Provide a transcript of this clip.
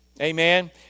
Amen